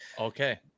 Okay